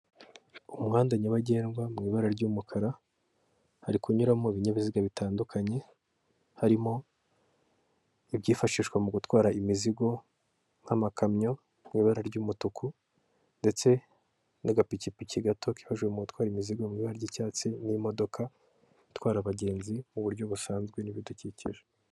Umuhanda nyabagendwa mu ibara ry'umukara hari kunyurmi ibininyabiziga bitandukanye, harimo, ibyifashishwa mu gutwara imizigo nk'amakamyo mu ibara ry'umutuku ndetse n'agapikipiki gato kifashishwa mu gutwara imizigo mu ibara ry'icyatsi n'imodoka itwara abagenzi mu buryo busanzwe n'ibidukikije.